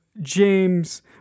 James